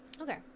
Okay